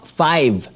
five